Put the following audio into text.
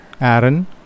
Aaron